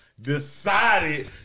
decided